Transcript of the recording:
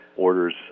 Orders